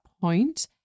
point